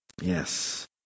Yes